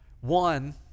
One